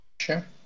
Sure